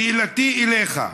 שאלתי אליך: